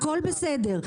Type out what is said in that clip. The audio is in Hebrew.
הכול בסדר.